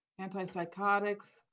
antipsychotics